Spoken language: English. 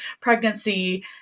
pregnancy